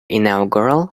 inaugural